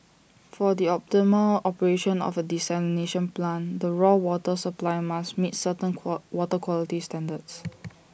for the optimal operation of A desalination plant the raw water supply must meet certain qua water quality standards